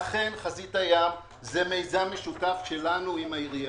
אכן חזית הים זה מיזם משותף שלנו עם העירייה.